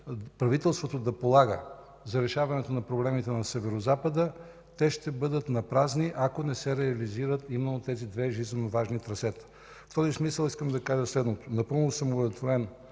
правителството да полага за решаването на проблемите на Северозапада, те ще бъдат напразни, ако не се реализират именно тези две жизненоважни трасета. В този смисъл искам да кажа следното: напълно съм удовлетворен